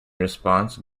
response